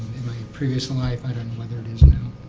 in my previous life. i don't know whether it is now.